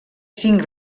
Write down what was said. cinc